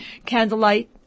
candlelight